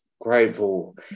grateful